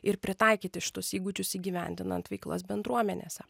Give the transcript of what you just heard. ir pritaikyti šitus įgūdžius įgyvendinant veiklas bendruomenėse